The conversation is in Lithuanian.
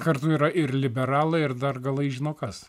kartu yra ir liberalai ir dar galai žino kas